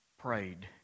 prayed